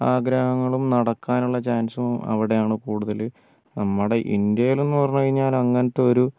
ആഗ്രഹങ്ങളും നടക്കാനുള്ള ചാൻസും അവിടെയാണ് കൂടുതൽ നമ്മുടെ ഇന്ത്യയിലെന്നു പറഞ്ഞുകഴിഞ്ഞാൽ അങ്ങനത്തൊരു